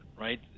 right